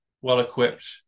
well-equipped